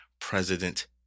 President